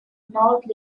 north